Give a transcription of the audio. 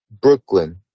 Brooklyn